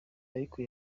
ariko